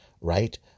right